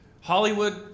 Hollywood